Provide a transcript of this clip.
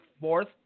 Fourth